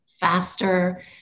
faster